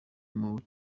muri